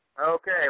Okay